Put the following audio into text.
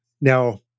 Now